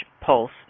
pulse